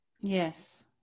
Yes